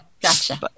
Gotcha